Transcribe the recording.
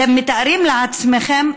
אתם מתארים לעצמכם?